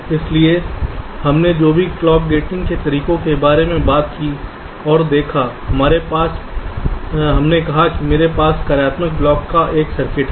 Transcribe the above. इसलिए हमने जो भी क्लॉक गेटिंग के तरीकों के बारे में बात की और देखा हमने कहा कि मेरे पास कार्यात्मक ब्लॉक का एक सर्किट है